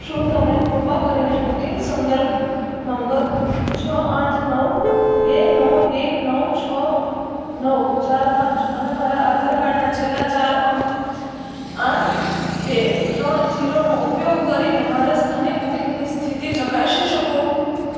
શું તમે કૃપા કરીને બુકિંગ સંદર્ભ નંબર છ આઠ નવ બે નવ એક નવ છ નવ ચાર પાંચ અને મારા આધાર કાર્ડના છેલ્લા ચાર અંક આઠ બે ત્રણ શૂન્ય નો ઉપયોગ કરીને મારા સ્થાનિક બુકિંગની સ્થિતિ ચકાસી શકો